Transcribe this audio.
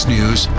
News